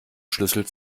schlüssel